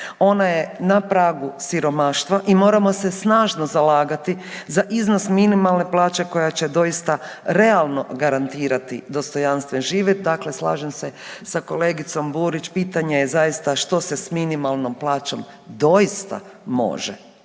ona je na pragu siromaštva i moramo se snažno zalagati za iznos minimalne plaće koja će doista realno garantirati dostojanstven život, dakle slažem se s kolegicom Burić, pitanje je zaista što se s minimalnom plaćom doista može.